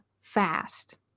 fast